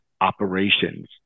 operations